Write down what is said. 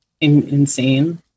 insane